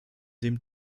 dem